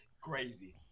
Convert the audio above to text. Crazy